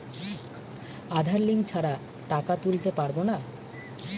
আধার link ছাড়া টাকা তুলতে পারব না?